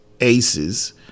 Aces